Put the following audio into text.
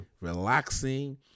relaxing